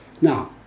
Now